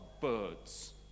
birds